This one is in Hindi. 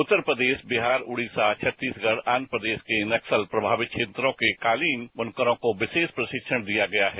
उत्तर प्रदेश बिहार ओडिशा छत्तीसगढ़ आंध प्रदेश के नक्सल प्रभावित क्षेत्रों के कालीन बनुकरों को विशेष प्रशिक्षण दिया गया है